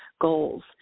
goals